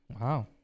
wow